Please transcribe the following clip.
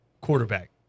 quarterback